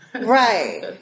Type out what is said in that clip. Right